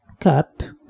cut